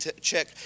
check